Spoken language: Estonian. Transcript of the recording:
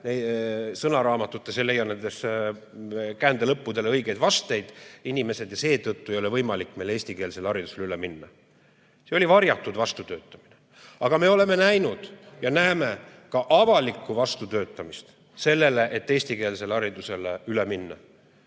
sõnaraamatutes ei leia inimesed nendele käändelõppudele õigeid vasteid ja seetõttu ei ole võimalik meil eestikeelsele haridusele üle minna. See oli varjatud vastutöötamine. Aga me oleme näinud ja näeme ka avalikku vastutöötamist sellele, et eestikeelsele haridusele üle minna.Me